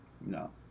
no